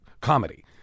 comedy